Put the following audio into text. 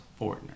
Fortner